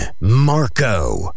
Marco